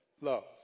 love